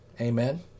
Amen